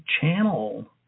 channel